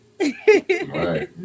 Right